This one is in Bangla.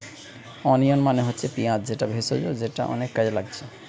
ওনিয়ন মানে হচ্ছে পিঁয়াজ যেটা ভেষজ যেটা অনেক কাজে লাগছে